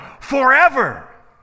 forever